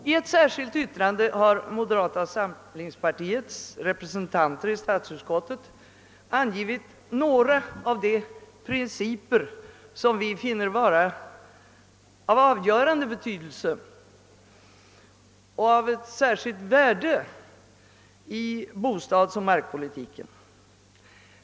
I ett särskilt yttrande har moderata samlingspartiets representanter i statsutskottet angivit några av de principer, som vi finner vara av avgörande betydelse och av särskilt värde i bostadsoch markpolitiken.